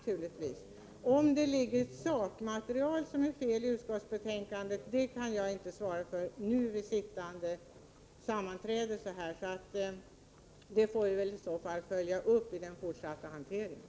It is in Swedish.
Huruvida det finns ett felaktigt sakmaterial i utskottsbetänkandet kan jag inte svara på nu under pågående sammanträde. Det får vi undersöka i den fortsatta hanteringen.